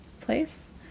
place